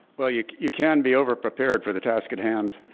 well, you you can be over prepared for the task at hand.